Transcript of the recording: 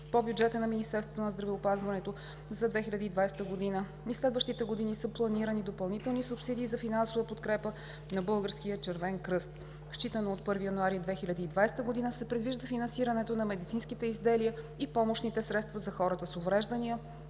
по бюджета на Министерството на здравеопазването за 2020 г. и следващите години са планирани допълнителни субсидии за финансова подкрепа на Българския червен кръст. Считано от 1 януари 2020 г. се предвижда финансирането на медицинските изделия и помощните средства за хората с увреждания